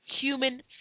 human